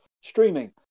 streaming